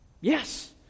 Yes